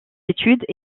études